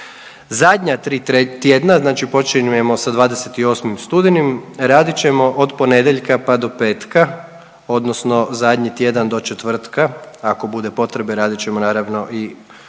Zadnja tri tjedna, znači počinjemo sa 28. studenim radit ćemo od ponedjeljka pa do petka, odnosno zadnji tjedan do četvrtka. Ako bude potrebe, radit ćemo naravno i nakon